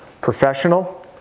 professional